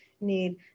need